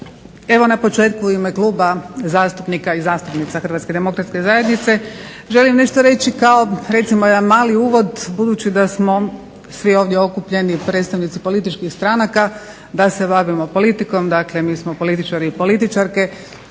Evo na početku u ime Kluba zastupnika i zastupnica HDZ-a želim nešto reći kao recimo jedan mali uvod budući da smo svi ovdje okupljeni predstavnici političkih stranica, da se bavimo politikom, dakle mi smo političari i političarke